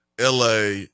LA